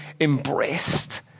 embraced